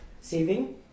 saving